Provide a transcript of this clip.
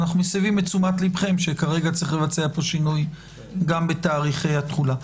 אנחנו מסבים את תשומת ליבכם שצריך לבצע את השינוי גם בתאריכי התחולה.